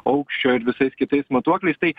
aukščio ir visais kitais matuokliais tai